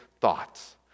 thoughts